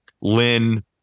Lynn